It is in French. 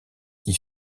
qui